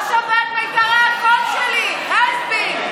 לא שווה את מיתרי הקול שלי, די.